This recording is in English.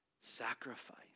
sacrifice